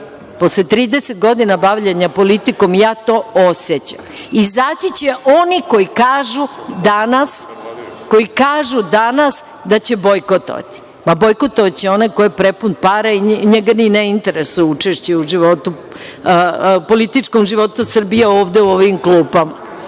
50%.Posle 30 godina bavljenja politikom ja to osećam. Izaći će oni koji kažu danas da će bojkotovati. Bojkotovaće onaj koji je prepun para i njega i ne interesuje učešće u političkom životu Srbije ovde u ovim klupama.